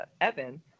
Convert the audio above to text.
Evan